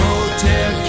Hotel